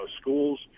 schools